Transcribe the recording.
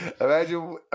imagine